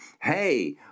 hey